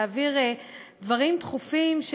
להעביר דברים דחופים,